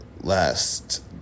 last